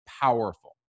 powerful